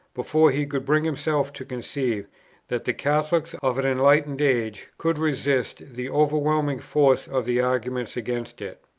before he could bring himself to conceive that the catholics of an enlightened age could resist the overwhelming force of the argument against it.